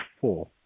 four